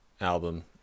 album